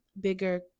bigger